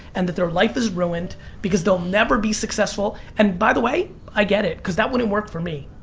and that their life is ruined because they'll never be successful. and by the way, i get it because that wouldn't work for me.